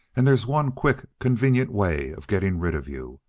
and there's one quick, convenient way of getting rid of you.